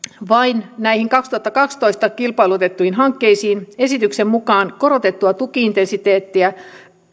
vain näihin kaksituhattakaksitoista kilpailutettuihin hankkeisiin esityksen mukaan korotettua tuki intensiteettiä